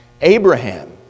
Abraham